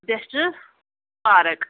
just park